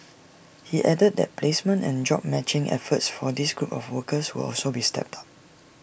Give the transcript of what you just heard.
he added that placement and job matching efforts for this group of workers will also be stepped up